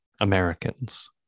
Americans